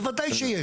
בוודאי שיש.